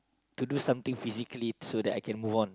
to do something physically so that I can move on